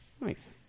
Nice